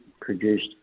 produced